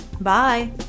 Bye